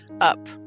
Up